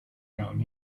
around